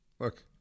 Look